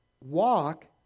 Walk